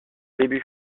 début